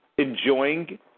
enjoying